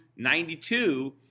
92